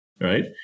right